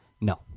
No